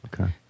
Okay